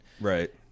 right